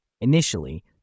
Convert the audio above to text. Initially